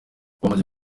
amaze